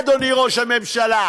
אדוני ראש הממשלה.